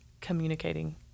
communicating